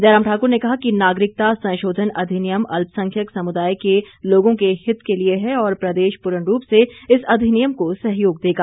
जयराम ठाकुर ने कहा कि नागरिकता संशोधन अधिनियम अल्पसंख्यक समुदाय के लोगों के हित के लिए है और प्रदेश पूर्ण रूप से इस अधिनियम को सहयोग देगा